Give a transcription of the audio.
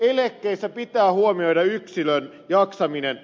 eläkkeissä pitää huomioida yksilön jaksaminen